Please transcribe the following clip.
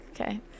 okay